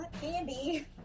candy